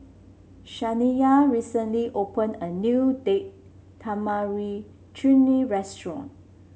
Shaniya recently opened a new Date Tamarind Chutney Restaurant